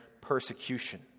persecution